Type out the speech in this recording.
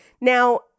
Now